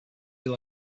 you